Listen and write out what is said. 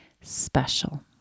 special